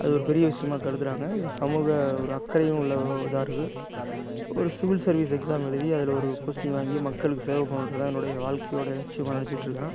அது ஒரு பெரிய விஷயமா கருதுகிறாங்க ஒரு சமூக ஒரு அக்கறையும் உள்ள இதாயிருக்கு ஒரு சிவில் சர்வீஸ் எக்ஸாம் எழுதி அதில் ஒரு போஸ்ட்டிங் வாங்கி மக்களுக்கு சேவை பண்றதுதான் என்னுடைய வாழ்க்கையோட லட்சியமாக நினைச்சிட்ருக்கேன்